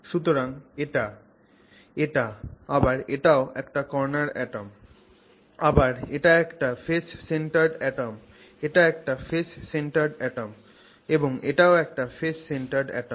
সুতরাং এটা এটা আবার এটাও একটা কর্নার অ্যাটম আবার এটা একটা ফেস সেন্টারড অ্যাটম এটা একটা ফেস সেন্টারড অ্যাটম এবং এটাও একটা ফেস সেন্টারড অ্যাটম